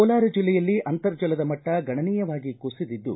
ಕೋಲಾರ ಜಿಲ್ಲೆಯಲ್ಲಿ ಅಂತರ್ಜಲದ ಮಟ್ಟ ಗಣನೀಯವಾಗಿ ಕುಸಿದಿದ್ದು